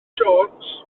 jones